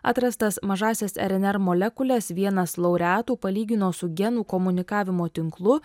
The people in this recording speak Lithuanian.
atrastas mažąsias rnr molekules vienas laureatų palygino su genų komunikavimo tinklu